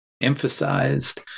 emphasized